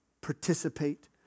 participate